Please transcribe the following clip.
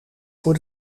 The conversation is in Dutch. voor